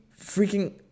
freaking